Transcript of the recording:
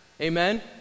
Amen